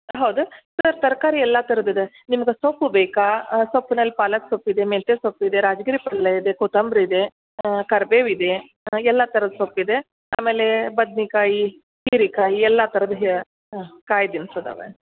ಹೌದಾ ಸರ್ ತರಕಾರಿ ಎಲ್ಲ ಥರದ್ದು ಇದೆ ನಿಮಗೆ ಸೊಪ್ಪು ಬೇಕಾ ಸೊಪ್ನಲ್ಲಿ ಪಾಲಕ್ ಸೊಪ್ಪು ಇದೆ ಮೆಂತ್ಯೆ ಸೊಪ್ಪು ಇದೆ ರಾಜ್ಗಿರ ಪಲ್ಲೆ ಇದೆ ಕೊತ್ತಂಬರಿ ಇದೆ ಕರ್ಬೇವು ಇದೆ ಹಾಂ ಎಲ್ಲ ಥರದ ಸೊಪ್ಪು ಇದೆ ಆಮೇಲೆ ಬದ್ನೆಕಾಯಿ ಹೀರೆಕಾಯಿ ಎಲ್ಲ ಥರದ ಹ್ಯ ಹಾಂ ಕಾಯಿ ಅದಾವೆ